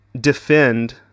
defend